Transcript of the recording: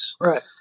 Right